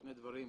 שני דברים.